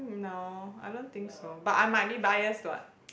no I don't think so but I might be biased [what]